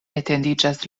etendiĝas